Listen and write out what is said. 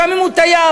גם אם הוא תייר.